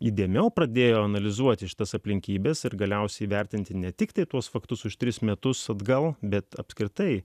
įdėmiau pradėjo analizuoti šitas aplinkybes ir galiausiai vertinti ne tiktai tuos faktus už tris metus atgal bet apskritai